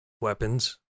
Weapons